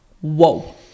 whoa